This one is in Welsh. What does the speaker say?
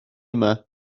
yma